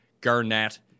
Garnett